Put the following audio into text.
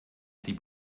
sie